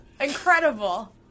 Incredible